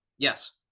yes,